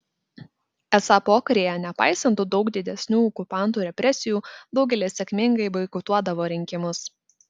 esą pokaryje nepaisant daug didesnių okupanto represijų daugelis sėkmingai boikotuodavo rinkimus